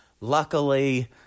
luckily